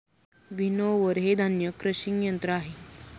winnower हे धान्य crushing यंत्र आहे